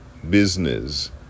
business